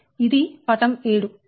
ఇది పటం 7